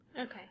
Okay